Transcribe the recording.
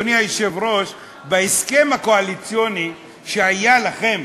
אדוני היושב-ראש בהסכם הקואליציוני שהיה לכם,